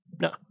No